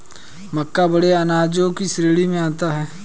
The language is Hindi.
मक्का बड़े अनाजों की श्रेणी में आता है